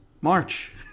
March